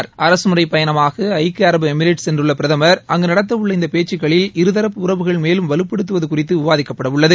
அரகமுறைப் பயணமாக ஐக்கிய அரபு எமிரேட்ஸ் கென்றுள்ள பிரதம் அங்கு நடத்தவுள்ள இந்த பேச்சுக்களில் இருதரப்பு உறவுகள் மேலும் வலுப்படுத்துவது குறித்து விவாதிக்கப்படவுள்ளது